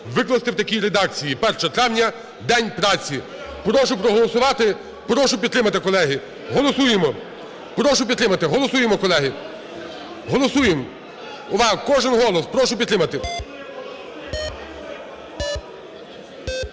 викласти в такій редакції: "1 травні – День праці". Прошу проголосувати, прошу підтримати, колеги. Голосуємо! Прошу підтримати. Голосуємо, колеги. Голосуємо! Увага, кожен голос! Прошу підтримати.